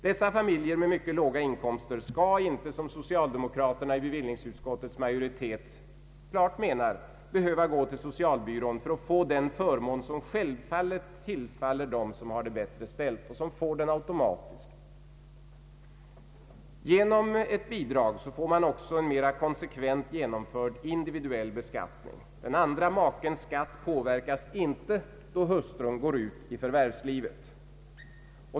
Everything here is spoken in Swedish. Dessa familjer med mycket låga inkomster skall inte, som socialdemokraterna i bevillningsutskottets majoritet klart menar, behöva gå till socialbyrån för att få den förmån som självfallet tillfaller dem som har det bättre ställt och som får den automatiskt. Genom ett bidrag får man också en mera konsekvent genomförd individuell beskattning. Den andra makens skatt påverkas inte då hustrun går ut i förvärvslivet.